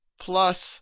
plus